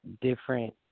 different